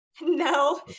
No